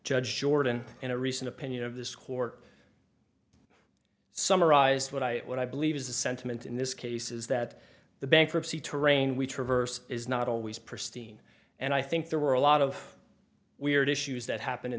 judge jordan in a recent opinion of this court summarized what i what i believe is the sentiment in this case is that the bankruptcy terrain we traverse is not always persisting and i think there were a lot of weird issues that happened in